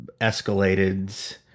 escalated